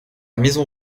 maison